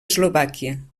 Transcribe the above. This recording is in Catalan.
eslovàquia